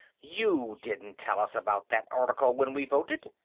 you didn't tell us about that article when we voted.